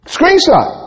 Screenshot